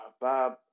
Bob